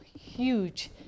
huge